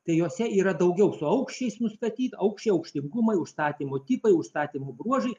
tai jose yra daugiau su aukščiais nustatyta aukščiai aukštingumai užstatymo tipai užstatymo bruožai